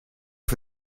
for